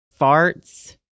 farts